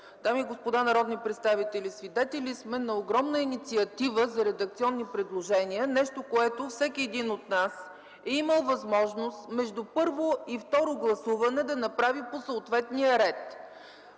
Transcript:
Дами и господа народни представители, свидетели сме на огромна инициатива за редакционни предложения. Нещо, което всеки един от нас е имал възможност да направи по съответния ред